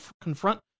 confront